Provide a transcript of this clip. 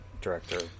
director